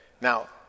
Now